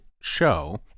show